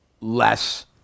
less